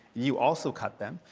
you also cut them.